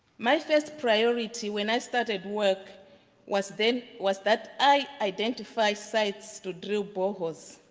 my first priority when i started work was then. was that i identify site to drill boreholes.